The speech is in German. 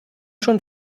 schon